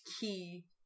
key